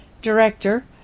Director